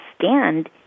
stand